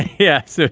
yes so